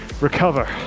recover